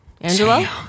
Angela